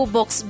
Box